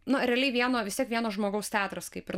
nu realiai vieno vis tiek vieno žmogaus teatras kaip ir